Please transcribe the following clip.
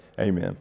Amen